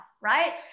right